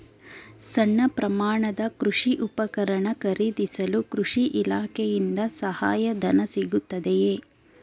ಸಣ್ಣ ಪ್ರಮಾಣದ ಕೃಷಿ ಉಪಕರಣ ಖರೀದಿಸಲು ಕೃಷಿ ಇಲಾಖೆಯಿಂದ ಸಹಾಯಧನ ಸಿಗುತ್ತದೆಯೇ?